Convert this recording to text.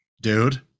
dude